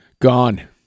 Gone